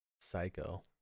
Psycho